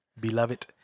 beloved